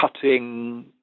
cutting